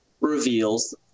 reveals